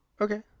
Okay